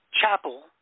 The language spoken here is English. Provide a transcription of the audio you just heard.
chapel